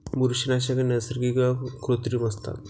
बुरशीनाशके नैसर्गिक किंवा कृत्रिम असतात